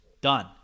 done